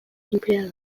sinplea